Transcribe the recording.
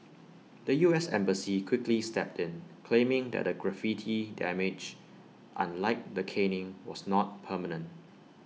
the U S embassy quickly stepped in claiming that the graffiti damage unlike the caning was not permanent